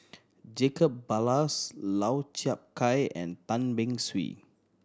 Jacob Ballas Lau Chiap Khai and Tan Beng Swee